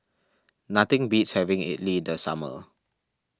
nothing beats having Idly in the summer